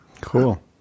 Cool